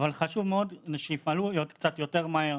אבל חשוב מאוד שיפעלו קצת יותר מהר.